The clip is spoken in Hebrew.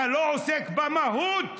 אתה לא עוסק במהות.